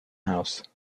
house